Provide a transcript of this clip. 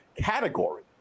category